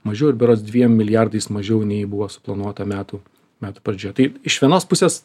mažiau ir berods dviem milijardais mažiau nei buvo suplanuota metų metų pradžioje tai iš vienos pusės